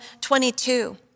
22